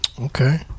Okay